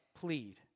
plead